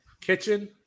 kitchen